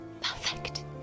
Perfect